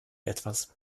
etwas